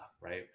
right